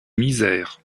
misère